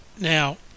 Now